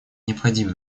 необходим